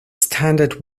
standard